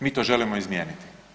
Mi to želimo izmijeniti.